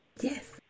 Yes